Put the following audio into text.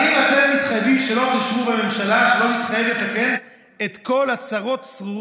האם אתם מתחייבים שלא תשבו בממשלה שלא מתחייבת לתקן את כל הצרות-צרורות,